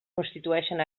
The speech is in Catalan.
constitueixen